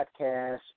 podcast